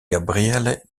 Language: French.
gabriele